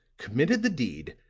committed the deed,